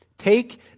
Take